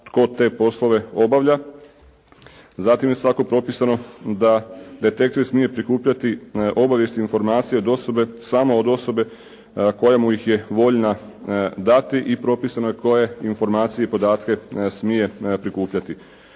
tko te poslove obavlja. Zatim je svakako propisano da detektiv smije prikupljati obavijest i informacije od osobe, samo od osobe koja mu ih je voljna dati i propisano je koje informacije i podatke smije prikupljati.